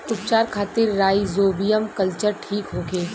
उपचार खातिर rhizobium culture ठीक होखे?